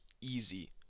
easy